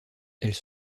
elles